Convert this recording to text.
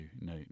no